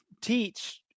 teach